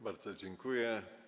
Bardzo dziękuję.